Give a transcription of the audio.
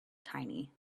tiny